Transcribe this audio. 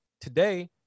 today